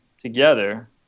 together